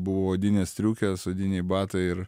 buvo odinės striukės odiniai batai ir